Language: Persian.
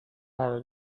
قرار